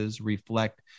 reflect